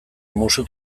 musu